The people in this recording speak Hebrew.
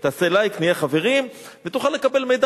תעשה "לייק" ונהיה חברים,